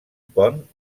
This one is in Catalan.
pont